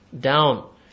down